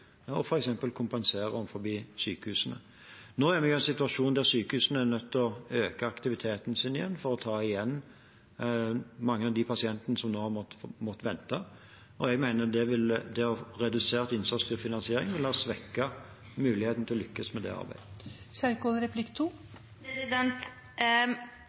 kompensere sykehusene for. Nå er vi i en situasjon der sykehusene er nødt til å øke aktiviteten sin igjen for å ta tilbake mange av de pasientene som nå har måttet vente. Jeg mener at det å ha redusert innsatsstyrt finansiering da vil svekke muligheten til å lykkes med det arbeidet.